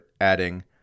adding